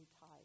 tied